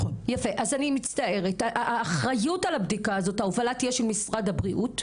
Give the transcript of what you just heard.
אז האחריות על הבדיקה תהיה בהובלת משרד הבריאות.